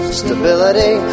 stability